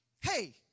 Hey